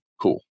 cool